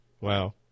Wow